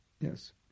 Yes